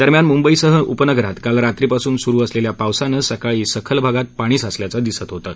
दरम्यान मुंबईसह उपनगरात काल रात्रीपासून सुरु असलेल्या पावसानं सकाळी सखल भागात पाणी साचल्याचं दिसत होतं